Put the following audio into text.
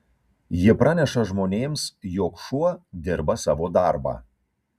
ji praneša žmonėms jog šuo dirba savo darbą